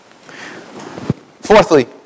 Fourthly